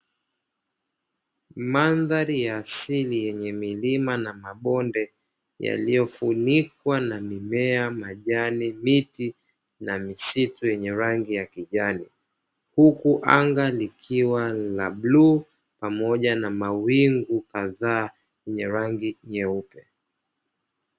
Mandhari ya asili yenye milima na mabonde yaliyofunikwa na: mimea, majani, miti na misitu yenye rangi ya kijani; huku anga likiwa la bluu pamoja na mawingu kadhaa yenye rangi nyeupe.